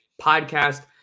podcast